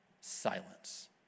silence